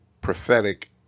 prophetic